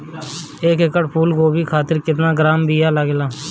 एक एकड़ फूल गोभी खातिर केतना ग्राम बीया लागेला?